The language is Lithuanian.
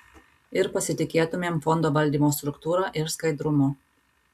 ir pasitikėtumėm fondo valdymo struktūra ir skaidrumu